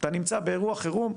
אתה נמצא באירוע חירום,